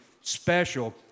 special